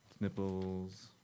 Nipples